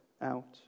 out